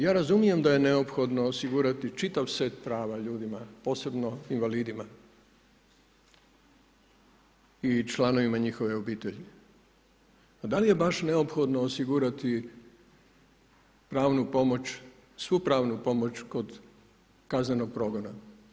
Ja razumijem da je neophodno osigurati čitav set prava ljudima posebno invalidima i članovima njihove obitelji ali da li je baš neophodno osigurati svu pravnu pomoć kod kaznenog progona?